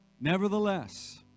nevertheless